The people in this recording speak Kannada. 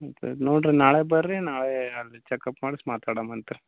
ಹ್ಞ್ ಸರಿ ನೋಡಿರಿ ನಾಳೆ ಬನ್ರಿ ನಾಳೆ ಅಲ್ಲಿ ಚೆಕಪ್ ಮಾಡ್ಸಿ ಮಾತಾಡಣಂತ್ ರೀ